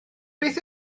beth